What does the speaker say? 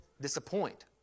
disappoint